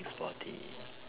sporty